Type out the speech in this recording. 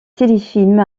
téléfilms